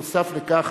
נוסף על כך